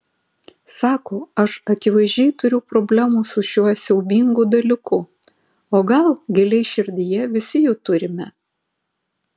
sako aš akivaizdžiai turiu problemų su šiuo siaubingu dalyku o gal giliai širdyje visi jų turime